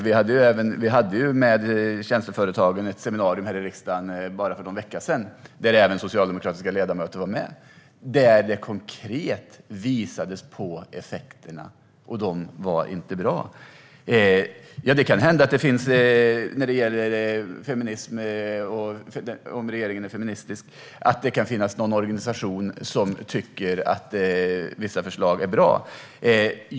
Vi hade ett seminarium med tjänsteföretagen här i riksdagen för bara någon vecka sedan, där även socialdemokratiska ledamöter var med. Där visades det konkret på effekterna, och de var inte bra. När det gäller feminism och huruvida regeringen är feministisk kan det hända att det finns någon organisation som tycker att vissa förslag är bra.